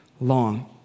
long